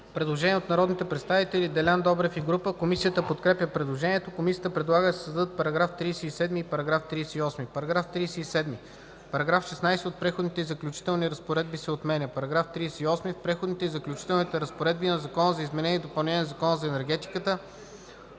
Предложение от народния представител Делян Добрев и група. Комисията подкрепя предложението. Комисията предлага да се създадат § 37 и 38: „§ 37. Параграф 16 от Преходните и заключителните разпоредби се отменя. § 38. В Преходните и заключителните разпоредби на Закона за изменение и допълнение на Закона за енергетиката